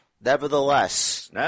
Nevertheless